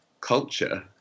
culture